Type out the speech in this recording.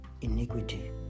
iniquity